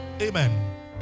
Amen